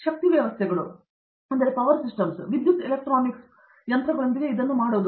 ಆದ್ದರಿಂದ ಶಕ್ತಿ ವ್ಯವಸ್ಥೆಗಳು ವಿದ್ಯುತ್ ಎಲೆಕ್ಟ್ರಾನಿಕ್ಸ್ ಯಂತ್ರಗಳೊಂದಿಗೆ ಇದನ್ನು ಮಾಡುವುದು